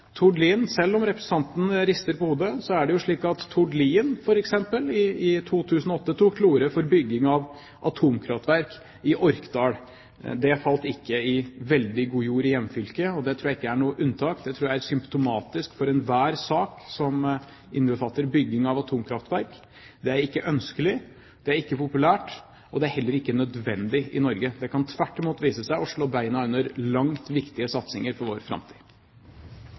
Tord Lien, f.eks., i 2008 tok til orde for bygging av atomkraftverk i Orkdal. Det falt ikke i veldig god jord i hjemfylket. Og det tror jeg ikke er noe unntak, det tror jeg er symptomatisk for enhver sak som innbefatter bygging av atomkraftverk. Det er ikke ønskelig, det er ikke populært, og det er heller ikke nødvendig i Norge. Det kan tvert imot vise seg å slå beina under langt viktigere satsinger for vår framtid.